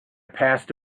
passed